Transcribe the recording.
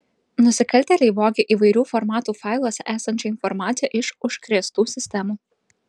nusikaltėliai vogė įvairių formatų failuose esančią informaciją iš užkrėstų sistemų